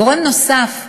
גורם נוסף,